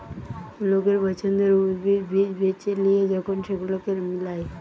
লোকের পছন্দের উদ্ভিদ, বীজ বেছে লিয়ে যখন সেগুলোকে মিলায়